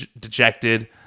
dejected